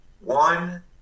one